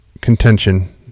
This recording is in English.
contention